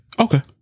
Okay